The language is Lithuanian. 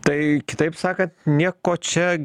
tai kitaip sakant nieko čia